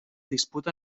disputa